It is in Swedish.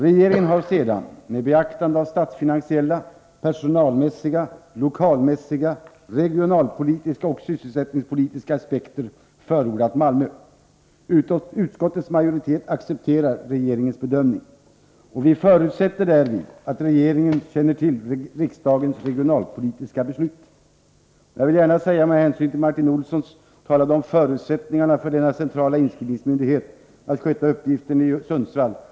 Regeringen har sedan med beaktande av statsfinansiella, personalmässiga, lokalmässiga, regionalpolitiska och sysselsättningspolitiska aspekter förordat Malmö. Utskottsmajoriteten accepterar regeringens bedömning. Vi förutsätter därvid att regeringen känner till riksdagens regionalpolitiska beslut. Martin Olsson talade om den centrala inskrivningsmyndighetens förutsättningar att sköta uppgiften i Sundsvall.